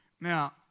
Now